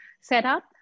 setup